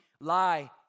lie